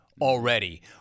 already